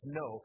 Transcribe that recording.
no